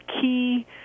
key